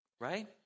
right